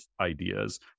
ideas